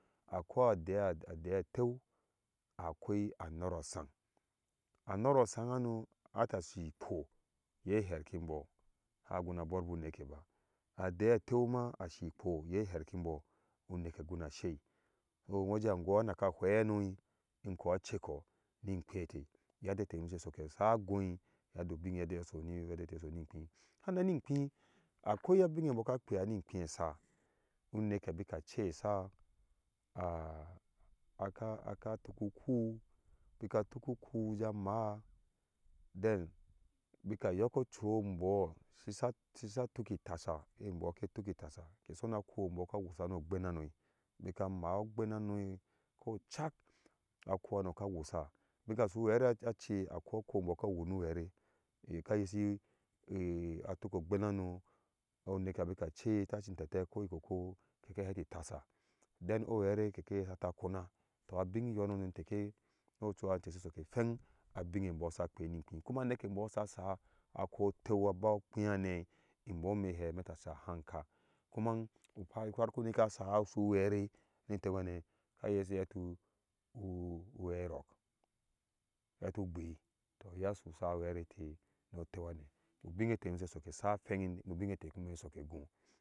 Akoi adea adea teu akoi anor asang anor asang hano ata shi kpo yeherkibo ha guna borbu unekeba adeateuma ashi yei her kinbo uneke guna shei oo nwo uje angwa anaka ahwei hano imbo a ceko ninkpite uyedde te nyom se soke sa goi yedde obin g sa uyedde ete se so ninkpi hannan ninkpi akoi abin ebo ka kpiya ninkpi ɛsa uneke bika cei ɛsa ahh aka aka tuku uku bika tuk uku jeja maa den bikayok ocu ombo sisa-sisa tuki itasha embo ka wusa no ogben nano. bika maa ogben nanoi ko cak aku hano ka wusa bika su uɛre aacei akoi aku embo ka wur nu uɛre ye kayesi i atuko ogbena no oneke bika cei tashi ntete koi kok keke heti itasa den o uere keke heti akona tɔ abin yo nono nte ke no ocuha nte se sok ke feng abinne mbo sa kpe ninkpi kuma anekembo sa sai akho oteu aba ukpi hane imbom me he meta sa hangka kuman ufa farko onekeye sa sai as uere no oteu hane ka yesi ye atu uu uerok heu ugbi to iye. su sai ouɛve no oteu hane ubinne te nyom he he soke sai a fengi ni ubinne he soke ghoa.